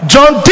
John